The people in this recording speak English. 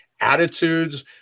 attitudes